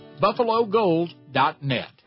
BuffaloGold.net